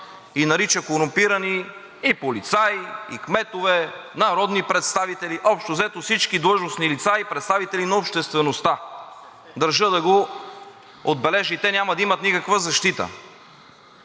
и нарича корумпирани и полицаи, и кметове, народни представители, общо взето всички длъжностни лица и представители на обществеността, държа да го отбележа, и те няма да имат никаква защита.